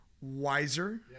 wiser